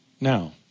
Now